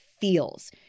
feels